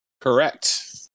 Correct